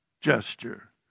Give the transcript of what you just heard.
gesture